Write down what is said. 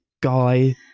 guy